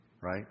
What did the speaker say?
right